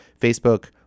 Facebook